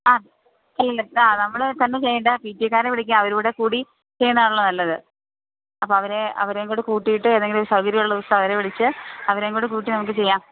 ആ അല്ലല്ല ആ നമ്മളിപ്പോളൊന്നും ചെയ്യേണ്ട പി ടി എ കാരെ വിളിക്കാം അവരും കൂടെ കൂടി ചെയ്യുന്നതാണല്ലോ നല്ലത് അപ്പോള് അവരെ അവരെയും കൂടെ കൂട്ടിയിട്ട് ഏതെങ്കിലും ഒരു സൗകര്യമുള്ള ദിവസം അവരെ വിളിച്ച് അവരെയും കൂടെ കൂട്ടി നമുക്ക് ചെയ്യാം